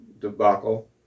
debacle